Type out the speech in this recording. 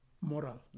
moral